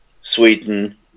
Sweden